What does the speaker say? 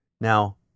Now